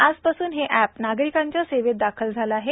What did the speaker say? आज पासून हे अॅप नागरिकांच्या सेवेत दाखल झाले आहे